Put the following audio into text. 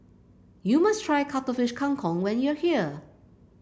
you must try Cuttlefish Kang Kong when you are here